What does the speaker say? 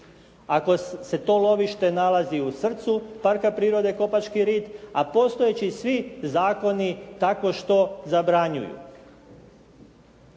Ako se to lovište nalazi u srcu Parka prirode "Kopački rit" a postojeći svi zakoni takvo što zabranjuju.